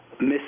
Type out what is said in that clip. miss